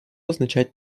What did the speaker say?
означать